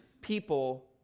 people